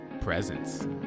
Presents